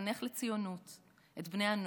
לחנך לציונות את בני הנוער,